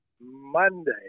Monday